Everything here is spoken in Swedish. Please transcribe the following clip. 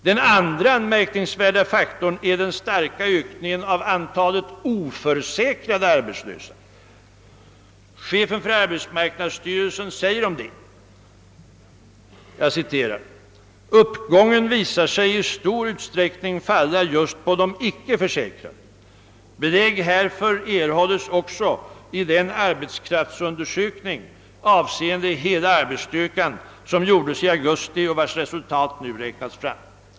Den andra anmärkningsvärda faktorn är den starka ökningen av antalet oförsäkrade arbetslösa. Chefen för arbetsmarknadsstyrelsen säger om <detta: »Uppgången visar sig i stor utsträckning falla just på de icke försäkrade. Belägg härför erhålles också i den arbetskraftsundersökning avseende hela arbetsstyrkan som gjordes i augusti och vars resultat nu räknats fram.